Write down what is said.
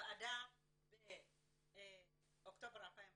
הוועדה באוקטובר 2015